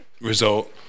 result